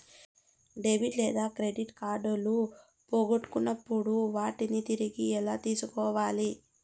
debit లేదా credit కార్డులు పోగొట్టుకున్నప్పుడు వాటిని తిరిగి ఎలా తీసుకోవాలి